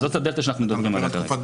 זאת הדלתא שאנחנו מדברים עליה כרגע.